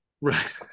right